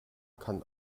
kann